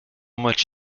much